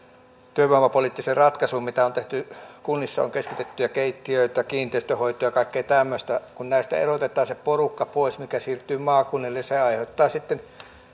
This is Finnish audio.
työvoimapoliittisia ratkaisuja joita on tehty kunnissa on keskitettyjä keittiöitä kiinteistönhoito ja kaikkea tämmöistä kun näistä erotetaan se porukka pois mikä siirtyy maakunnille se aiheuttaa sitten